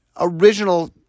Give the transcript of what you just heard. original